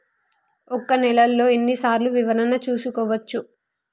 ఒక నెలలో ఎన్ని సార్లు వివరణ చూసుకోవచ్చు?